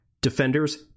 Defenders